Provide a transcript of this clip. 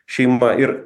šeima ir